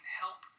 help